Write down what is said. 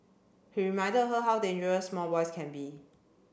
he reminded her how dangerous small boys can be